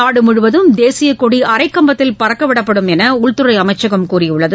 நாடுமுழுவதும் தேசியக் கொடி அரைக் கம்பத்தில் பறக்கவிடப்படும் என்று உள்துறை அமைச்சகம் கூறியுள்ளது